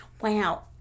Wow